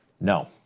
No